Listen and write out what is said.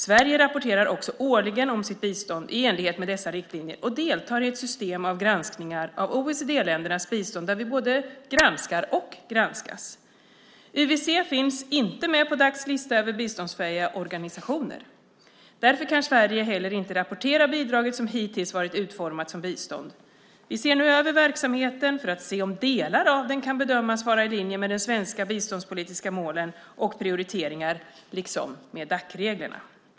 Sverige rapporterar också årligen om sitt bistånd i enlighet med dessa riktlinjer och deltar i ett system av granskningar av OECD-ländernas bistånd, där vi både granskar och granskas. UWC finns inte med på Dacs lista över biståndsfähiga organisationer. Därför kan Sverige heller inte rapportera bidraget som det hittills varit utformat som bistånd. Vi ser nu över verksamheten för att se om delar av den kan bedömas vara i linje med de svenska biståndspolitiska målen och prioriteringar liksom med Dacreglerna.